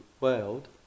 world